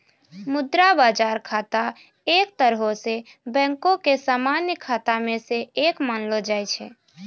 मुद्रा बजार खाता एक तरहो से बैंको के समान्य खाता मे से एक मानलो जाय छै